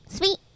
Sweet